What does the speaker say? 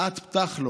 "את פתח לו",